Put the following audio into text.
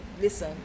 listen